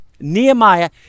Nehemiah